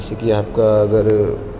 جیسے کہ آپ کا اگر